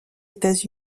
états